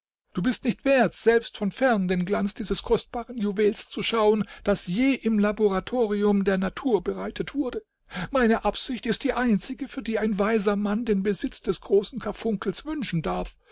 du bist nicht wert selbst von fern den glanz dieses kostbaren juwels zu schauen das je im laboratorium der natur bereitet wurde meine absicht ist die einzige für die ein weiser mann den besitz des großen karfunkels wünschen darf